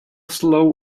slow